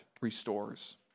restores